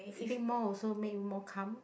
sleeping more also make you more calm